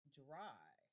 dry